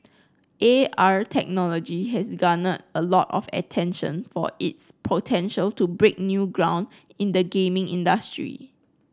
A R technology has garnered a lot of attention for its potential to break new ground in the gaming industry